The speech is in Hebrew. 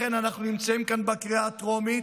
לכן אנחנו נמצאים פה בקריאה הטרומית,